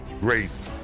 grace